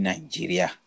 Nigeria